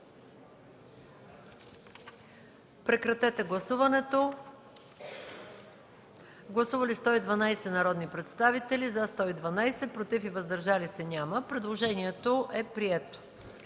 който става § 19. Гласували 112 народни представители: за 112, против и въздържали се няма. Предложението е прието.